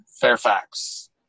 Fairfax